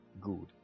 Good